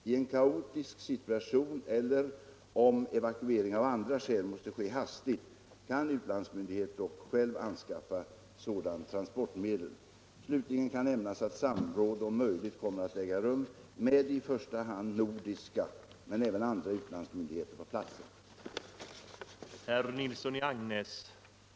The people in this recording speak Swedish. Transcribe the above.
I en kaotisk situation eller om evakuering av andra skäl måste ske hastigt kan utlandsmyndighet dock själv anskaffa sådant transportmedel. Slutligen kan nämnas att samråd om möjligt kommer att äga rum med i första hand nordiska men även andra utlandsmyndigheter på plat = Nr 23